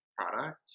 product